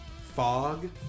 Fog